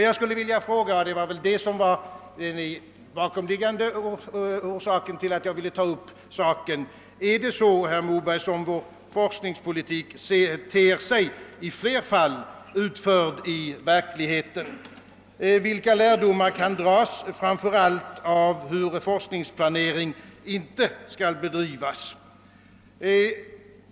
Jag vill nu fråga, och det var också det som var den bakomliggande orsaken till att jag tog upp denna sak: är det så, herr Moberg, som vår forskningspolitik ter sig i ett flertal fall, utförd i verkligheten? Vilka lärdomar kan dras framför allt av hur forskningsplanering inte skall bedrivas?